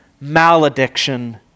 malediction